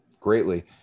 greatly